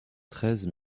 treize